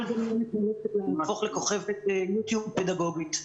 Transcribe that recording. כל גננת אמורה להפוך לכוכבת יו טיוב פדגוגית.